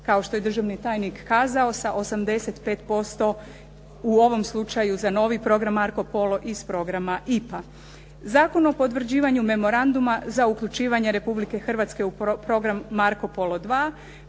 kao što je državni tajnik kazao sa 85% u ovom slučaju za novi program Marco Polo iz programa IPA. Zakon o potvrđivanju memoranduma za uključivanje Republike Hrvatske u program "Marco Polo